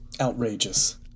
Outrageous